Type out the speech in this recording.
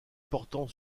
portant